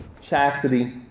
chastity